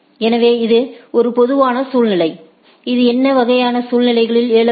எனவே இது ஒரு பொதுவான சூழ்நிலை இது இந்த வகையான சூழ்நிலைகளில் எழக்கூடும்